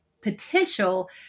potential